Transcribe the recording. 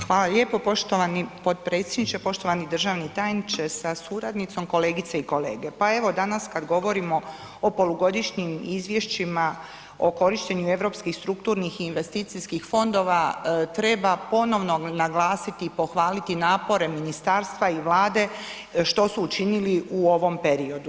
Hvala lijepo poštovani potpredsjedniče, poštovani državni tajniče sa suradnicom, kolegice i kolege, pa evo danas kad govorimo o polugodišnjim izvješćima o korištenju Europskih strukturnih i investicijskih fondova treba ponovno naglasiti i pohvaliti napore ministarstva i Vlade što su učinili u ovom periodu.